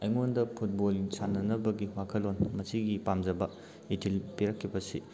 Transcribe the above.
ꯑꯩꯉꯣꯟꯗ ꯐꯨꯠꯕꯣꯜ ꯁꯥꯟꯅꯅꯕꯒꯤ ꯋꯥꯈꯜꯂꯣꯟ ꯃꯁꯤꯒꯤ ꯄꯥꯝꯖꯕ ꯏꯊꯤꯜ ꯄꯤꯔꯛꯈꯤꯕꯁꯤ